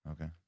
Okay